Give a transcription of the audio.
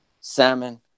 salmon